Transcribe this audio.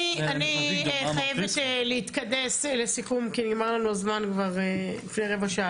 אני חייבת להתכנס לסיכום כי נגמר לנו הזמן לפני רבע שעה.